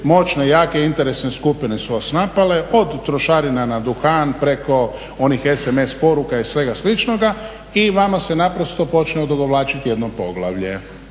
moćne i jake interesne skupine su vas napale od trošarina na duhan preko onih SMS poruka i svega sličnoga i vama se naprosto počne odugovlačiti jedno poglavlje.